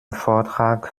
vortrag